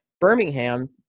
Birmingham